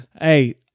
Hey